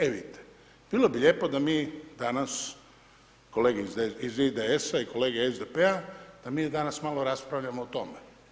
E, vidite, bilo bi lijepo da mi danas kolege iz IDS-a i kolege iz SDP-a da mi danas malo raspravljamo o tome.